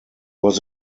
was